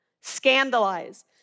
Scandalize